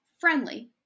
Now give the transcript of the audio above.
friendly